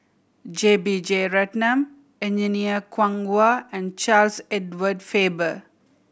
J B Jeyaretnam Engineer Kwong Wah and Charles Edward Faber